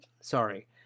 sorry